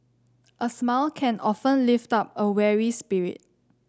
a smile can often lift up a weary spirit